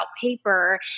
paper